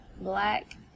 black